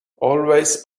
always